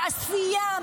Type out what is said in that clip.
תעשייה,